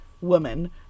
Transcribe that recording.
woman